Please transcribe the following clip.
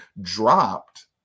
dropped